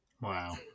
Wow